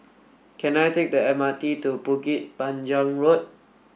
can I take the M R T to Bukit Panjang Road